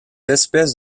espèces